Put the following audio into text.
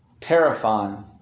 Terrifying